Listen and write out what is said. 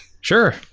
sure